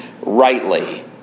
rightly